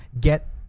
get